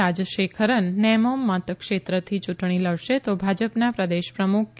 રાજશેખરન નેમોમ મતક્ષેત્રથી ચૂંટણી લડશે તો ભાજપના પ્રદેશ પ્રમુખ કે